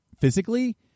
physically